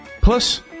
Plus